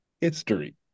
history